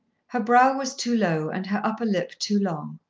her brow was too low, and her upper lip too long.